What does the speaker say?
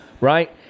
Right